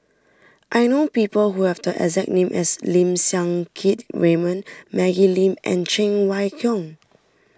I know people who have the exact name as Lim Siang Keat Raymond Maggie Lim and Cheng Wai Keung